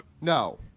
No